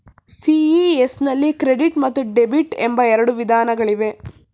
CES ನಲ್ಲಿ credit ಮತ್ತು debit ಎಂಬ ಎರಡು ವಿಧಾನಗಳಿವೆ